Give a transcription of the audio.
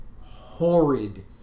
horrid